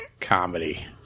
Comedy